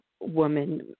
Woman